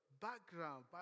background